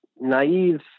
naive